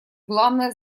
главная